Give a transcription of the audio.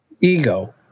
ego